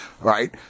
Right